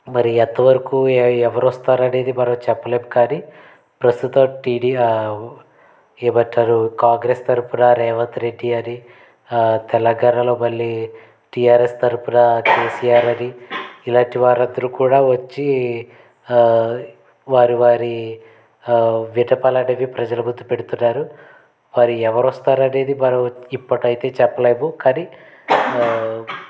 మరి ఎంత వరకు ఎవరు వస్తారు అనేది మనం చెప్పలేము కానీ ప్రస్తుతం టీడీ ఏమంటారు కాంగ్రెస్ తరపున రేవంత్ రెడ్డి అని తెలంగాణలో మళ్ళీ టీఆర్ఎస్ తరఫున కేసీఆర్ అని ఇలాంటివారు అందరూ కూడా వచ్చి వారి వారి విన్నపాలు అనేవి ప్రజల ముందు పెడుతున్నారు మరి ఎవరు వస్తారు అనేది మనం ఇప్పుడైతే చెప్పలేము కానీ